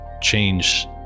change